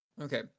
Okay